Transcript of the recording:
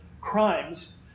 crimes